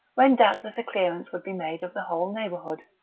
when doubtless a clearance would be made of the whole neighbourhood.